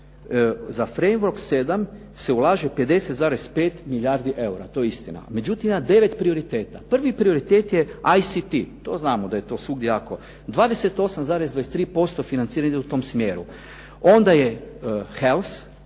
za Framework 7 se ulaže 50,5 milijardi eura, to je istina. Međutim, ima devet prioriteta. Prvi prioritet je ICT, to znamo da je to svugdje jako, 28,23% financiranja ide u tom smjeru. Onda je Healths,